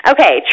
Okay